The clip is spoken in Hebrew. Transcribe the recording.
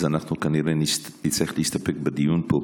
אז אנחנו כנראה נצטרך להסתפק בדיון פה,